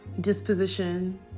disposition